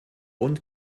und